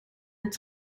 het